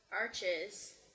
arches